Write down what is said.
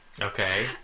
Okay